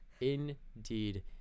indeed